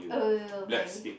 very